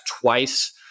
twice